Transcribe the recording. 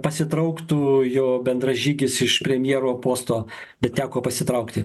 pasitrauktų jo bendražygis iš premjero posto bet teko pasitraukti